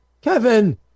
Kevin